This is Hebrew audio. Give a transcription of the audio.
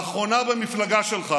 האחרונה במפלגה שלך